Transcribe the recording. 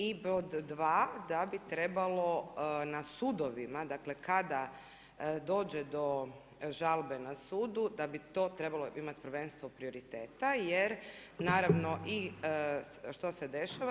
I pod 2. da bi trebalo na sudovima, dakle, kada dođe do žalbe na sudu, da bi to trebalo imati prvenstvo prioriteta, jer naravno i što se dešava.